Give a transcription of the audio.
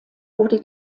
wurde